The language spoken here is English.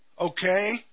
Okay